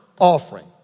offering